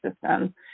system